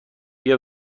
بیا